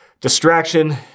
distraction